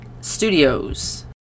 studios